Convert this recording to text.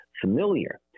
familiar